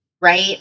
right